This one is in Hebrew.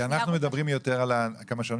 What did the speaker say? אנחנו מדברים יותר על ה-14,000.